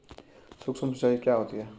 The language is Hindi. सुक्ष्म सिंचाई क्या होती है?